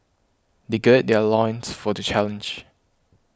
they gird their loins for the challenge